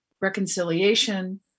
reconciliation